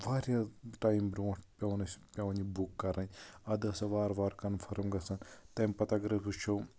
واریاہ ٹایم برۄنٛٹھ پیوان اَسہِ پیوان یہِ بُک کَرٕنۍ ادٕ ٲسۍ سۄ وارٕ وارٕ کَنفٔرٕم گژھان تَمہِ پَتہٕ اَگرے وٕچھو